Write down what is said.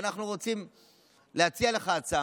ואנחנו רוצים להציע לך הצעה.